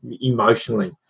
emotionally